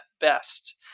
best